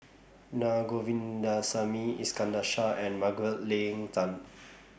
Naa Govindasamy Iskandar Shah and Margaret Leng Tan